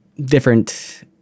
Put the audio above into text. different